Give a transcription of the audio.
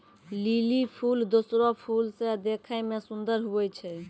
lily फूल दोसरो फूल से देखै मे सुन्दर हुवै छै